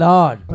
Lord